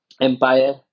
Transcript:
empire